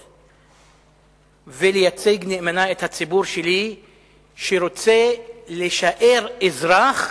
ולייצג נאמנה את הציבור שלי שרוצה להישאר אזרח,